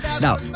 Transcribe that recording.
Now